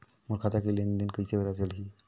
मोर खाता के लेन देन कइसे पता चलही?